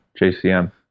JCM